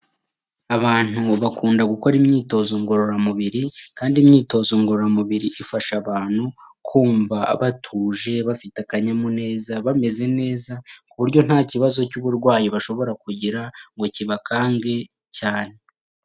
Abantu bakunda gukora imyitozo ngororamubiri kandi imyitozo ngororamubiri ifasha abantu kumva batuje bafite akanyamuneza, bameze neza ku buryo ntakibazo cy'uburwayi bashobora kugira ngo kibakange cyane.